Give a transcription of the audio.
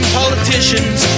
politicians